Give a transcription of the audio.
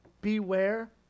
beware